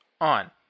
on